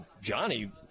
Johnny